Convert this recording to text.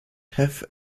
have